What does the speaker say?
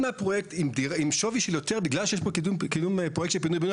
מהפרויקט עם שווי של יותר בגלל שיש פה קידום פרויקט של פינוי בינוי,